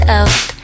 out